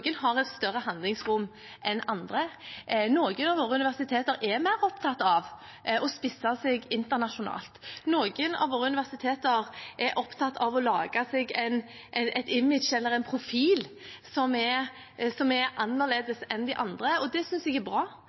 et større handlingsrom enn andre. Noen av våre universiteter er mer opptatt av å spisse seg internasjonalt. Noen av våre universiteter er opptatt av å lage seg et image eller en profil som er annerledes enn de andre, og det synes jeg er bra.